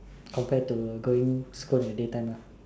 compared to going school in the daytime lah